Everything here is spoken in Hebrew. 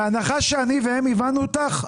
בהנחה שאני והם הבנו אותך,